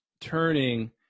turning